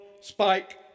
spike